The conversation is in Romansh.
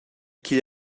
ch’igl